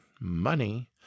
money